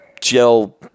gel